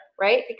Right